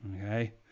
okay